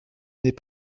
n’est